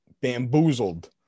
bamboozled